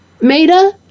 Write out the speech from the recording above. Maida